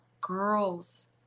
girls